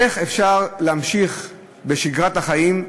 איך אפשר להמשיך בשגרת החיים,